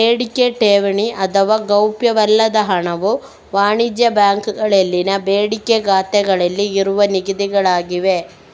ಬೇಡಿಕೆ ಠೇವಣಿ ಅಥವಾ ಗೌಪ್ಯವಲ್ಲದ ಹಣವು ವಾಣಿಜ್ಯ ಬ್ಯಾಂಕುಗಳಲ್ಲಿನ ಬೇಡಿಕೆ ಖಾತೆಗಳಲ್ಲಿ ಇರುವ ನಿಧಿಗಳಾಗಿವೆ